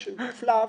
יש גוף לה"ב,